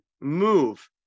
Move